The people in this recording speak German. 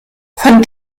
von